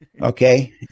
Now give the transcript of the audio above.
Okay